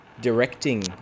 directing